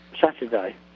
Saturday